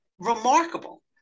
Remarkable